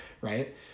Right